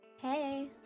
Hey